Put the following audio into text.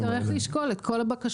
נצטרך לשקול את כל הבקשות.